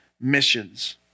missions